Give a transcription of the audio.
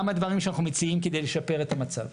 שאנחנו מציעים כדי לשפר את המצב.